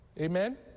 Amen